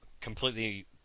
completely